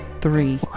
Three